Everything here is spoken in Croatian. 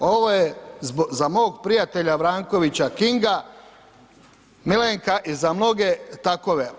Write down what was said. Ovo je za mog prijatelja Vrankovića Kinga Milenka i za mnoge takve.